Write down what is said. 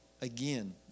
Again